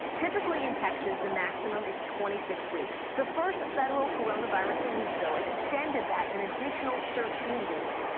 typically in texas, the maximum is twenty six weeks. the first federal coronavirus relief bill extended that an additional thirteen weeks.